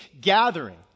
gathering